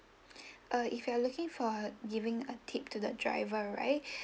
uh if you are looking for giving a tip to the driver right